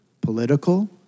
political